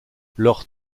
leurs